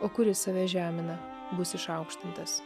o kuris save žemina bus išaukštintas